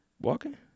walking